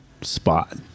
spot